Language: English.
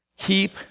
Keep